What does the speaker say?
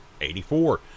84